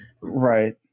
right